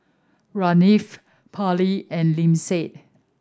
Parley and Lyndsay